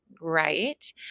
right